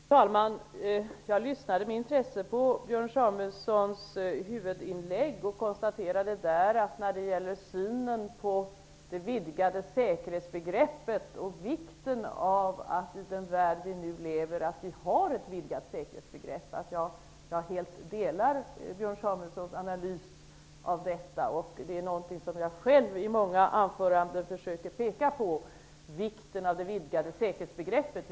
Fru talman! Jag lyssnade med intresse på Björn Samuelsons huvudanförande och konstaterade att jag helt delar hans uppfattning och analys när det gäller vikten av att ha ett vidgat säkerhetsbegrepp i den värld som vi nu lever i. Någonting som jag själv i många anföranden försöker att peka på är vikten av det vidgade säkerhetsbegreppet.